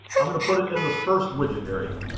i'm going to put it in this first widget area.